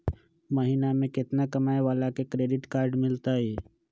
महीना में केतना कमाय वाला के क्रेडिट कार्ड मिलतै?